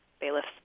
bailiffs